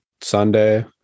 Sunday